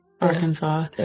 arkansas